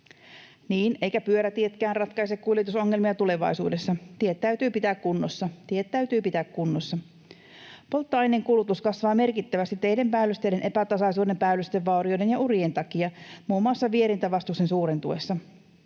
Niin, eivätkä pyörätietkään ratkaise kuljetusongelmia tulevaisuudessa. Tiet täytyy pitää kunnossa — tiet täytyy pitää kunnossa. Polttoaineen kulutus kasvaa merkittävästi teiden päällysteiden epätasaisuuden, päällystevaurioiden ja urien takia muun muassa vierintävastuksen suurentuessa.